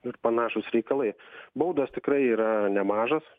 ir panašūs reikalai baudos tikrai yra nemažos